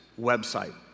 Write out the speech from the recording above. website